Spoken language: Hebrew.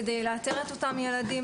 כדי לאתר את אותם ילדים,